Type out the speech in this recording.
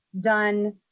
done